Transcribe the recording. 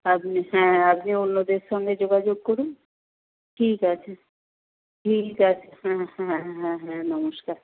আপনি হ্যাঁ আপনি অন্যদের সঙ্গে যোগাযোগ করুন ঠিক আছে ঠিক আছে হ্যাঁ হ্যাঁ হ্যাঁ হ্যাঁ নমস্কার